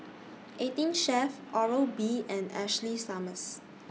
eighteen Chef Oral B and Ashley Summers